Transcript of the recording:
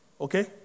Okay